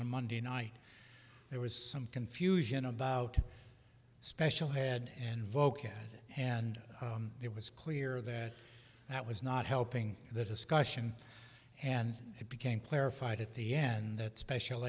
on monday night there was some confusion about a special head and vocal and it was clear that that was not helping the discussion and it became clarified at the end that special